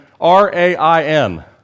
R-A-I-N